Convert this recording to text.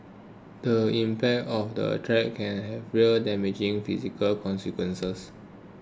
the impact of that threat can have real and damaging physical consequences